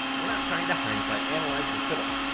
we're not trying to hindsight analyze this fiddle.